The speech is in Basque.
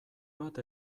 bat